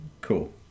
cool